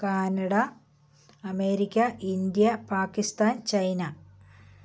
Canada America India Pakistan China